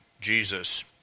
Jesus